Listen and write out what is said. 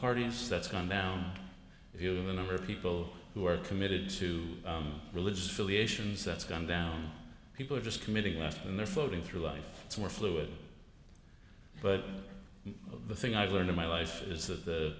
parties that's gone down if you have a number of people who are committed to religious affiliations that's gone down people are just committing left and they're floating through life it's more fluid but the thing i've learned in my life is that the